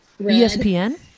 ESPN